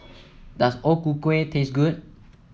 does O Ku Kueh taste good